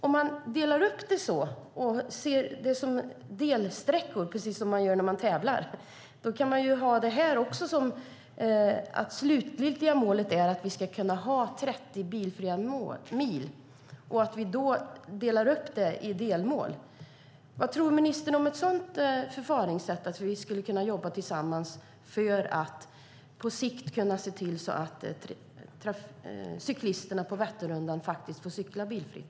Om man delar upp det och ser det som delsträckor, precis som man gör när man tävlar, kan vi ha som slutligt mål att vi ska ha 30 bilfria mil. Vad tror ministern om att vi skulle kunna jobba tillsammans för att se till att cyklisterna på Vätternrundan faktiskt får cykla bilfritt?